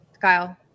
Kyle